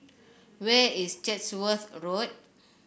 where is Chatsworth Road